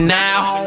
now